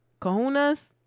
Kahunas